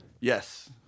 Yes